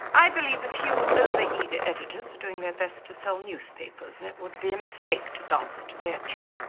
i believe a few over-ego editors are doing their best to sell newspapers. it would be a mistake to dance to their tune.